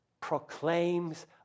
proclaims